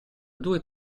due